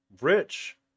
Rich